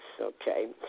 okay